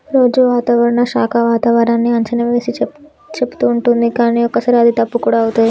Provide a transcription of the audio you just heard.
రోజు వాతావరణ శాఖ వాతావరణన్నీ అంచనా వేసి చెపుతుంటది కానీ ఒక్కోసారి అది తప్పు కూడా అవుతది